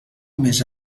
més